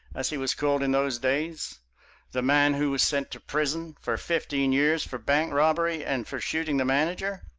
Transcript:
as he was called in those days the man who was sent to prison for fifteen years for bank robbery and for shooting the manager?